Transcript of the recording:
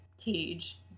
cage